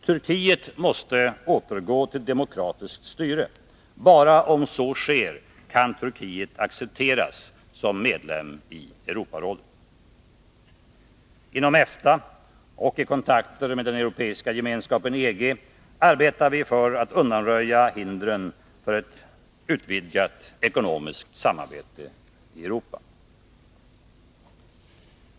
Turkiet måste återgå till demokratiskt styre. Bara om så sker kan Turkiet accepteras som medlem i Europarådet. Inom EFTA och i kontakter med den europeiska gemenskapen EG arbetar vi för att undanröja hindren för ett utvidgat ekonomiskt samarbete i Europa.